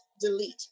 Delete